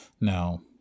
Now